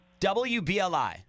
WBLI